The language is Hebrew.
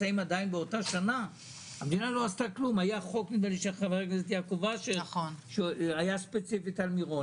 היה חוק של חבר הכנסת יעקב אשר שהתייחס ספציפית למירון